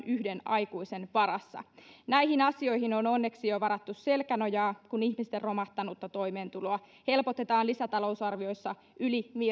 yhden aikuisen varassa näihin asioihin on onneksi jo varattu selkänojaa kun ihmisten romahtanutta toimeentuloa helpotetaan lisätalousarviossa yli